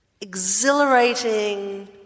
exhilarating